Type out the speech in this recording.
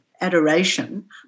adoration